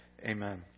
Amen